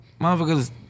Motherfuckers